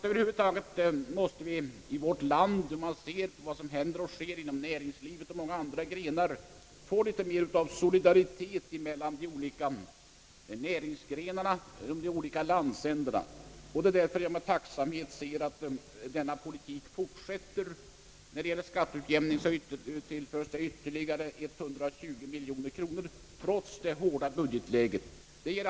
Över huvud taget anser jag, då vi ser vad som händer och sker inom näringslivet och på andra avsnitt av samhällslivet, att vi måste få litet mer av solidaritet mellan de olika näringsgrenarna och de olika landsändarna. Det är därför som jag med tacksamhet ser att denna politik fortsätter och att man trots det hårda budgetläget tillför glesbygdskommunerna ytterligare 120 miljoner kronor via skatteutjämningen.